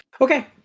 okay